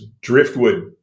driftwood